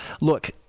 Look